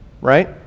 Right